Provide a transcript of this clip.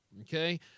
okay